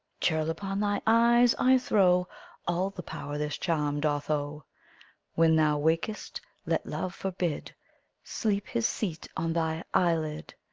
churl, upon thy eyes i throw all the power this charm doth owe when thou wak'st let love forbid sleep his seat on thy eyelid.